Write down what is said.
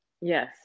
Yes